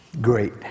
great